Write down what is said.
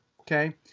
okay